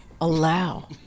allow